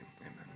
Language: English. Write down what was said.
amen